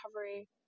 recovery